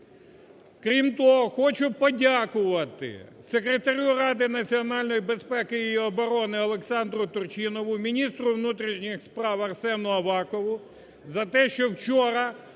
Крім того, хочу подякувати секретарю Ради національної безпеки і оборони Олександру Турчинову, міністру внутрішніх справ Арсену Авакову за те, що вчора